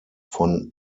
von